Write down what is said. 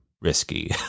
risky